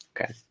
Okay